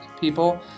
people